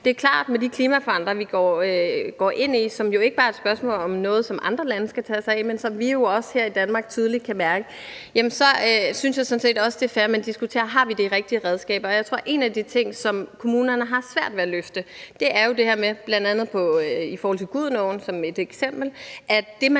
det er klart, at med de klimaforandringer, vi står over for, som jo ikke bare er noget, som andre lande skal tage sig af, men som vi jo også her i Danmark tydeligt kan mærke, så synes jeg sådan set også det er fair, at man diskuterer, om man har de rigtige redskaber. Og jeg tror, at en af de ting, som kommunerne har svært ved at løfte, jo bl.a. er situationer som den med Gudenåen, nemlig at det, man